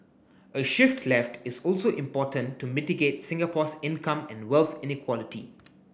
a shift left is also important to mitigate Singapore's income and wealth inequality